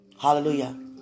Hallelujah